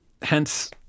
hence